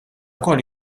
wkoll